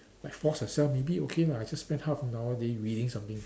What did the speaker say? like force yourself maybe okay lah I just spend half an hour daily reading something